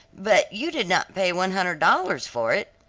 but you did not pay one hundred dollars for it?